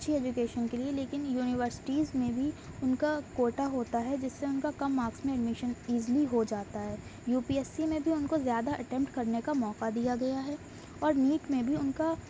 اچھی ایجوکیشن کے لیے لیکن یونیورسیٹیز میں بھی ان کا کوٹا ہوتا ہے جس سے ان کا کم مارکس میں ایڈمیشن ایزیلی ہوجاتا ہے یو پی ایس سی میں بھی ان کو زیادہ اٹیمپٹ کرنے کا موقع دیا گیا ہے اور نیٹ میں بھی ان کا